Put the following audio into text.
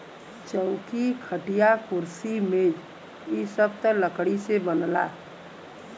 चौकी, खटिया, कुर्सी मेज इ सब त लकड़ी से बनला